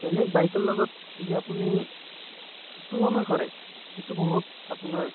বেলেগ বাইকৰ লগত যদি আপুনি তুলনা কৰে এইটো বহুত আপোনাৰ